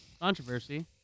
controversy